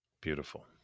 beautiful